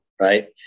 Right